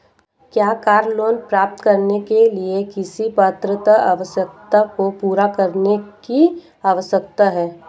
क्या car loan प्राप्त करने के लिए किसी पात्रता आवश्यकता को पूरा करने की आवश्यकता है?